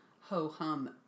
ho-hum